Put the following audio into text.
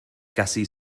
gussie